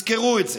תזכרו את זה.